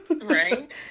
Right